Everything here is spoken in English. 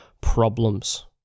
problems